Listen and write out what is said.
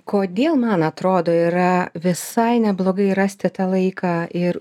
kodėl man atrodo yra visai neblogai rasti tą laiką ir